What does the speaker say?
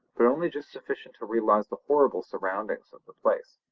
but only just sufficient to realise the horrible surroundings of the place.